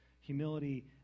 humility